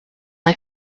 eye